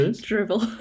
Dribble